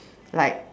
like